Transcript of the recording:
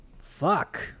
Fuck